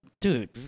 Dude